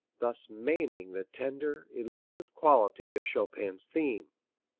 thus maiming the tender, elusive quality of chopin's theme.